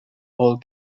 all